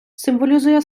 символізує